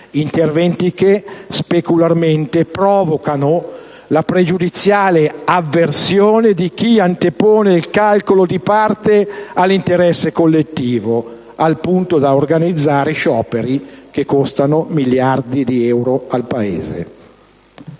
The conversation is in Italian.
Interventi che specularmente provocano la pregiudiziale avversione di chi antepone il calcolo di parte all'interesse collettivo, al punto da organizzare scioperi che costano miliardi di euro al Paese.